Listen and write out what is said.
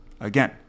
Again